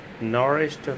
nourished